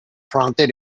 prompted